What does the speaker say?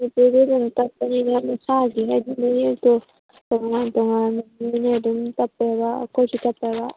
ꯃꯅꯤꯄꯨꯔꯤꯗꯤ ꯌꯥꯝ ꯇꯞꯄꯅꯤꯅ ꯃꯁꯥꯒꯤ ꯍꯥꯏꯗꯤ ꯃꯌꯦꯛꯇꯣ ꯇꯣꯉꯥꯟ ꯇꯣꯉꯥꯟ ꯑꯗꯨꯅꯦ ꯑꯗꯨꯝ ꯇꯞꯄꯦꯕ ꯑꯩꯈꯣꯏꯁꯨ ꯇꯞꯄꯦꯕ